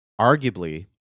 arguably